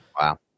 Wow